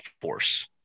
force